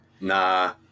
Nah